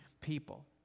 people